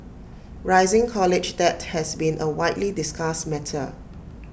rising college debt has been A widely discussed matter